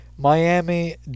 Miami